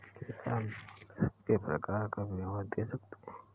क्या आप मोलस्क के प्रकार का विवरण दे सकते हैं?